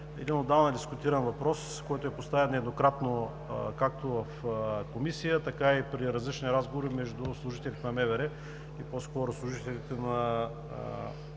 един отдавна дискутиран въпрос, който е поставян нееднократно както в Комисията, така и при различни разговори между служителите на МВР и по-скоро служителите на